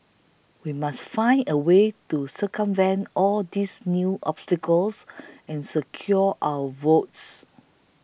we must find a way to circumvent all these new obstacles and secure our votes